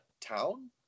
town